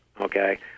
okay